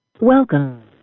Welcome